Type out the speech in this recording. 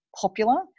popular